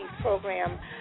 Program